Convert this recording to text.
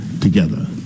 together